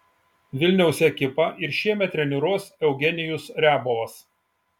vilniaus ekipą ir šiemet treniruos eugenijus riabovas